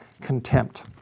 contempt